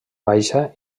baixa